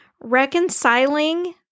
Reconciling